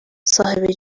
صاحب